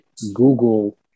Google